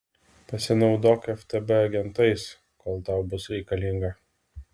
pasinaudok ftb agentais kol tau bus reikalinga